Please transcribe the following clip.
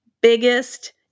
biggest